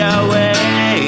away